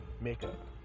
makeup